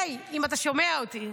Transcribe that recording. היי, אם אתה שומע אותי: